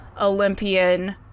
Olympian